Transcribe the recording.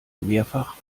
mehrfach